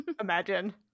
Imagine